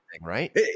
right